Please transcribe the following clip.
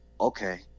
okay